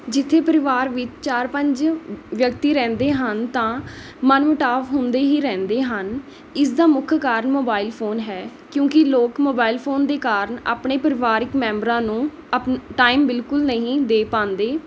ਜਿੱਥੇ ਪਰਿਵਾਰ ਵਿੱਚ ਚਾਰ ਪੰਜ ਵਿਅਕਤੀ ਰਹਿੰਦੇ ਹਨ ਤਾਂ ਮਨ ਮੁਟਾਵ ਹੁੰਦੇ ਹੀ ਰਹਿੰਦੇ ਹਨ ਇਸਦਾ ਮੁੱਖ ਕਾਰਨ ਮੋਬਾਈਲ ਫ਼ੋਨ ਹੈ ਕਿਉਂਕਿ ਲੋਕ ਮੋਬਾਈਲ ਫ਼ੋਨ ਦੇ ਕਾਰਨ ਆਪਣੇ ਪਰਿਵਾਰਿਕ ਮੈਂਬਰਾਂ ਨੂੰ ਆਪਨ ਟਾਈਮ ਬਿਲਕੁਲ ਨਹੀਂ ਦੇ ਪਾਉਂਦੇ